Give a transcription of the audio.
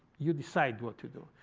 you decide what to do.